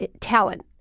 talent